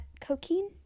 cocaine